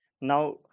Now